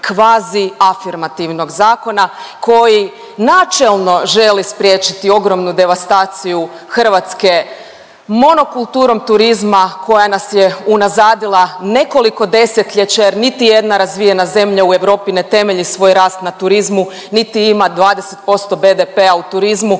kvaziafirmativnog zakona koji načelno želi spriječiti ogromnu devastaciju hrvatske monokulturom turizma koja nas je unazadila nekoliko desetljeća jer niti jedna razvijena zemlja u Europi ne temelji svoj rast na turizmu niti ima 20% BDP-a u turizmu,